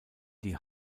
die